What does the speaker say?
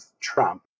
Trump